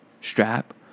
strap